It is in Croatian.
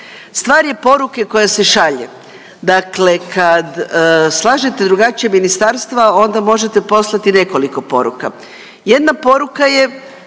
Stvar je poruke koja se šalje. Dakle, kad slažete drugačije ministarstva onda možete poslati nekoliko poruka. Jedna poruka je